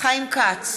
חיים כץ,